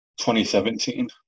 2017